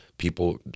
people